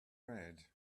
red